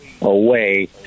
away